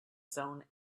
zone